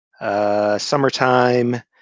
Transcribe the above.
Summertime